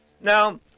now